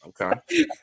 Okay